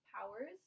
powers